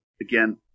again